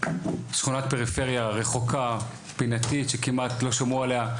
פריפריה רחוקה פינתית שכמעט לא שמעו עליה,